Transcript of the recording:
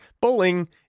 bowling